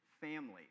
family